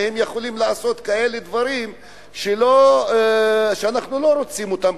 והם יכולים לעשות כאלה דברים שאנחנו לא רוצים אותם,